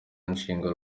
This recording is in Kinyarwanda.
nshinga